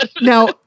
Now